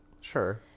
sure